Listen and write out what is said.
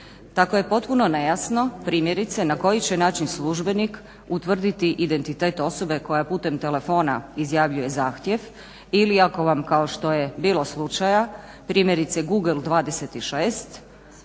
Tako je potpuno nejasno, primjerice na koji će način službenik utvrditi identitet osobe koja putem telefona izjavljuje zahtjev ili ako vam, kao što je bilo slučaja, primjerice google 26